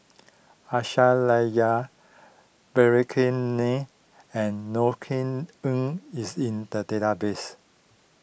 Aisyah Lyana Vikram Nair and Norothy Ng is in the database